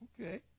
okay